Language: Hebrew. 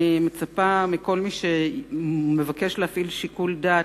אני מצפה מכל מי שמבקש להפעיל שיקול דעת